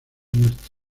muerte